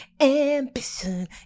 Ambition